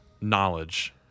knowledge